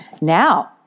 Now